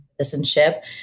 citizenship